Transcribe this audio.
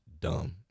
dumb